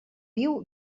viu